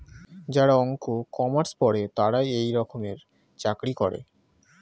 যারা অঙ্ক, কমার্স পরে তারা এই রকমের চাকরি করে